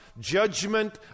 judgment